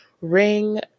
ring